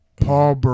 Paul